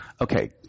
Okay